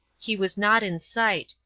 he was not in sight,